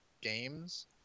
games